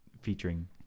Featuring